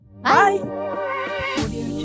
Bye